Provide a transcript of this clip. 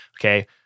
Okay